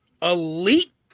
Elite